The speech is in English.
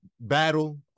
battle